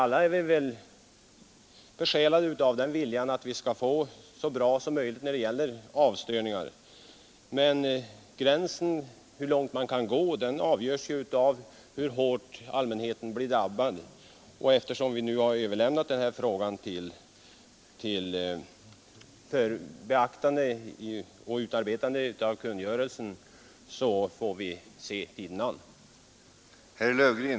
Alla är vi väl också besjälade av en vilja att skapa så bra förhållanden som möjligt när det gäller avstörningar, men hur långt man där kan gå beror på hur hårt allmänheten drabbas. Och eftersom frågan nu har kommit så långt att tillämpningsföreskrifter till kungörelsen håller på att utarbetas får vi väl se tiden an litet.